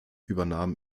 übernahm